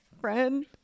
friend